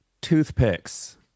toothpicks